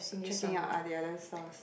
checking out ah the other stores